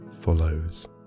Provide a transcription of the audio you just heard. follows